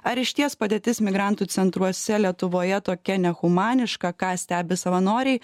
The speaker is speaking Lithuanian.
ar išties padėtis migrantų centruose lietuvoje tokia nehumaniška ką stebi savanoriai